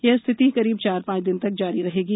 यह स्थिति करीब चार पांच दिन तक जारी रहेगी